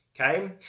Okay